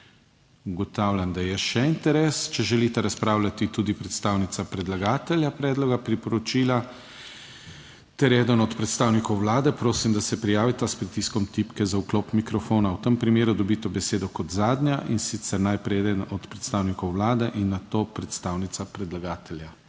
Ugotavljam, da je še interes. Če želita razpravljati tudi predstavnica predlagatelja predloga priporočila ter eden od predstavnikov Vlade, prosim, da se prijavita s pritiskom tipke za vklop mikrofona; v tem primeru dobita besedo kot zadnja, in sicer najprej eden od predstavnikov Vlade in nato predstavnica predlagatelja.